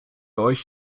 euch